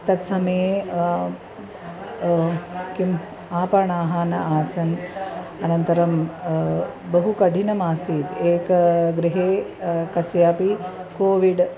तत्समये किम् आपणाः न आसन् अनन्तरं बहु कठिनमासीत् एक गृहे कस्यापि कोविड्